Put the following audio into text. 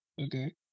Okay